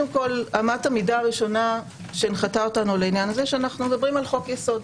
אמת המידה הראשונה שהנחתה אותנו לעניין זה אנו מדברים על חוק יסוד.